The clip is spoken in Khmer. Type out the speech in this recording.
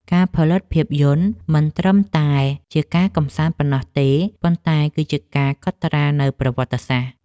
ការផលិតភាពយន្តមិនត្រឹមតែជាការកម្សាន្តប៉ុណ្ណោះទេ ប៉ុន្តែគឺជាការកត់ត្រានូវប្រវត្តិសាស្ត្រ។